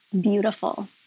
Beautiful